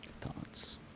thoughts